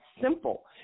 simple